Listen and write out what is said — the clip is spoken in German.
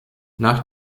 nach